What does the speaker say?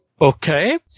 Okay